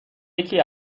یکی